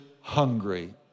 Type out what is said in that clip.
hungry